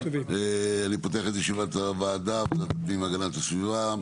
אני פותח את ישיבת ועדת הפנים והגנת הסביבה.